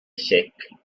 chèques